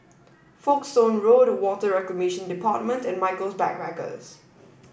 Folkestone Road Water Reclamation Department and Michaels Backpackers